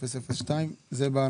78.001. פיתוח תיירות.